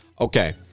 okay